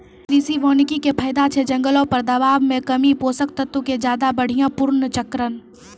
कृषि वानिकी के फायदा छै जंगलो पर दबाब मे कमी, पोषक तत्वो के ज्यादा बढ़िया पुनर्चक्रण